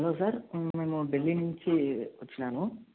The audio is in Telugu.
హలో సార్ నేను ఢిల్లీ నుంచి వచ్చినాను